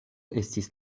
estis